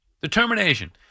Determination